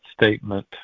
statement